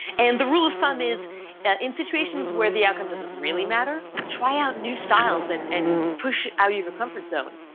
and the rule of thumb is in situations where the outcome doesn't really matter, try out new styles and and push out of your comfort zone.